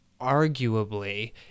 arguably